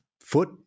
Foot